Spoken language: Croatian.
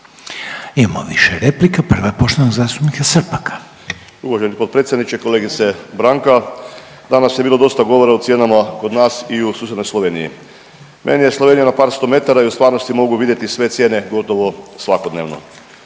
Imamo više replika. Prva je poštovanog zastupnika Srpaka. **Srpak, Dražen (HDZ)** Uvaženi potpredsjedniče, kolegice Branka danas je bilo dosta govora o cijenama kod nas i u susjednoj Sloveniji. Meni je Slovenija na par sto metara i u stvarnosti mogu vidjeti sve cijene gotovo svakodnevno.